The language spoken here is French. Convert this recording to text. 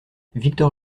victor